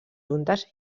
juntes